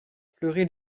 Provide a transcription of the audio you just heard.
fleury